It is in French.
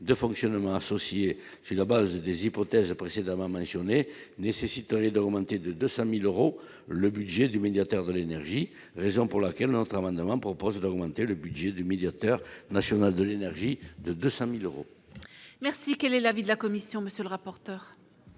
de fonctionnement associés suis la base des hypothèses précédemment mentionnés nécessiterait d'augmenter de 200000 euros, le budget du médiateur de l'énergie, raison pour laquelle notre amendement propose d'augmenter le budget du médiateur national de l'énergie de 200000 euros. Merci, quel est l'avis de la commission, monsieur le rapporteur.